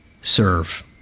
serve